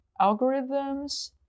algorithms